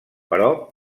però